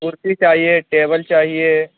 کرسی چاہیے ٹیبل چاہیے